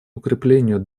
укреплению